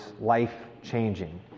life-changing